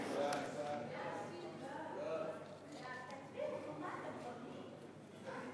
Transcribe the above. סעיפים 1 8, כהצעת הוועדה, נתקבלו.